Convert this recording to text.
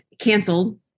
canceled